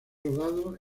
rodado